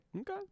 Okay